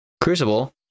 Crucible